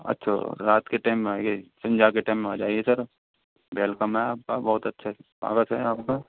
अच्छा रात के टाइम में आयेंगे संजा के टाइम में आ जाइए सर वेलकम है आपका बहुत अच्छे से स्वागत है आपका